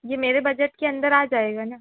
जी मेरे बजट के अंदर आ जाएगा न